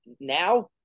Now